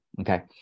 okay